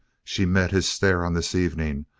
she met his stare, on this evening,